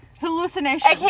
Hallucination